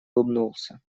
улыбнулся